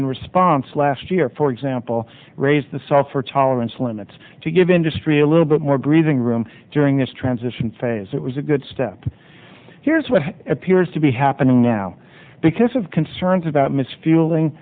in response last year for example raise the software tolerance limits to give industry a little bit more breathing room during this transition phase it was a good step here's what appears to be happening now because of concerns about ms fielding